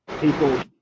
people